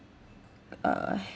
uh